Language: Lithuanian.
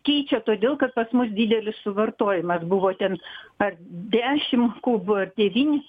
keičia todėl kad pas mus didelis suvartojimas buvo ten ar dešimt kubų ar devyni